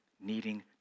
needing